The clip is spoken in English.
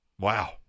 Wow